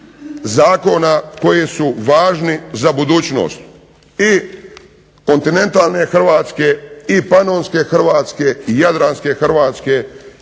zakona koji su važni za budućnost i kontinentalne Hrvatske i panonske Hrvatske i jadranske Hrvatske.